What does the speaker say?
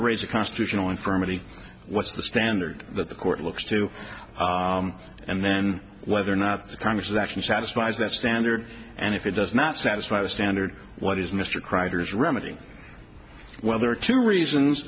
raise a constitutional infirmity what's the standard that the court looks to and then whether or not the congress actually satisfies that standard and if it does not satisfy the standard what is mr crowder's remedy well there are two reasons